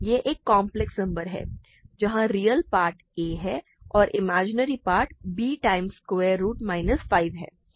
यह एक complex number है जहाँ रियल पार्ट a है और imaginary part b times square root minus 5 है